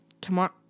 tomorrow